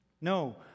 no